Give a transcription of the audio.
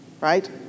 Right